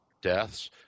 deaths